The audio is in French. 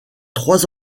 trois